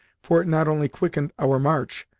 for it not only quickened our march,